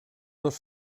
dos